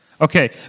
Okay